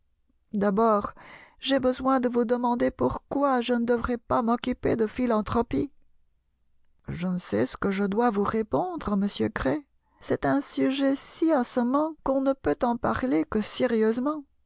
d'abord j'ai besoin de vous demander pourquoi je ne devrais pas m'occuper de philanthropie je ne sais ce que je dois vous répondre monsieur gray c'est un sujet si assommant qu'on ne peut en parler que sérieusement